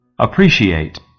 APPRECIATE